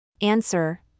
Answer